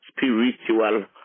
spiritual